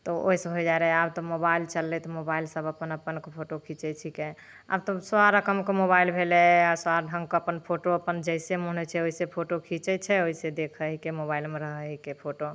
तऽ ओहिसँ होय जाए रहए आब तऽ मोबाइल चललै तऽ मोबाइल से सब अपन अपन फोटो खीचैत छिकै आब तऽ सए रकमके मोबाइल भेलै आ सए ढङ्गके अपन फोटो अपन जैसे मन होइत छै वैसे फोटो खीचैत छै वैसे देखै हय कि मोबाइलमे रहए हीकै फोटो